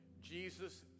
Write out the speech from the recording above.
Jesus